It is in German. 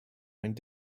einen